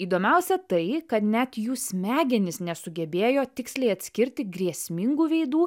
įdomiausia tai kad net jų smegenys nesugebėjo tiksliai atskirti grėsmingų veidų